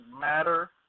matter